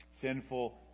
sinful